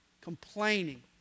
complaining